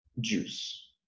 Juice